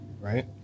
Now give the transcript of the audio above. Right